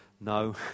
no